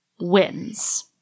wins